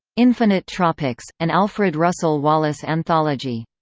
infinite tropics an alfred russel wallace anthology.